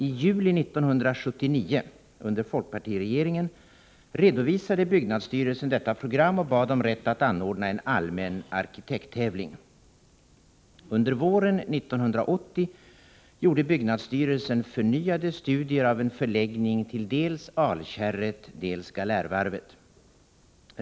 I juli 1979 — under folkpartiregeringen — redovisade byggnadsstyrelsen detta program och bad om rätt att anordna en allmän arkitekttävling. Under våren 1980 gjorde byggnadsstyrelsen förnyade studier av en förläggning till dels Alkärret, dels Galärvarvet.